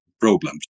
problems